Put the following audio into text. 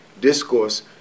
discourse